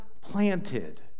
planted